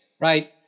right